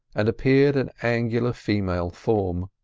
and appeared an angular female form.